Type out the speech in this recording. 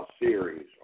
series